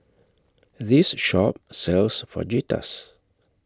This Shop sells Fajitas